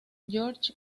george